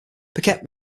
piquet